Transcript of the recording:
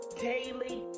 daily